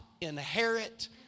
inherit